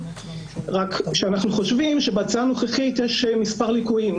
רק שאנחנו חושבים שבהצעה הנוכחית יש מספר ליקויים.